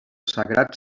sagrat